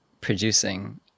producing